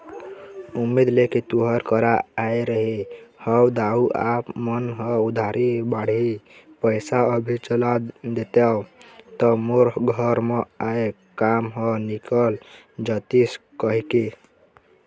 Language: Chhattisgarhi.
उम्मीद लेके तुँहर करा आय रहें हँव दाऊ आप मन ह उधारी बाड़ही पइसा अभी चला देतेव त मोर घर म आय काम ह निकल जतिस कहिके